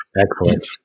Excellent